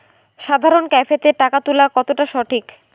সাধারণ ক্যাফেতে টাকা তুলা কতটা সঠিক?